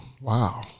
Wow